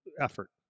effort